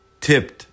tipped